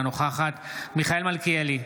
אינה נוכחת מיכאל מלכיאלי,